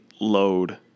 load